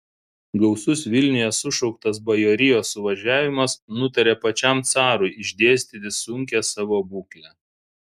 gausus vilniuje sušauktas bajorijos suvažiavimas nutarė pačiam carui išdėstyti sunkią savo būklę